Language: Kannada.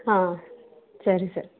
ಹಾಂ ಸರಿ ಸರ್